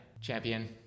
Champion